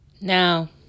Now